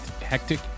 Hectic